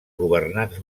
governants